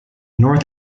north